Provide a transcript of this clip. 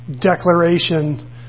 declaration